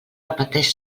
repeteix